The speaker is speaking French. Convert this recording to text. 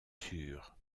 sûr